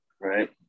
Right